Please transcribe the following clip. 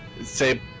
say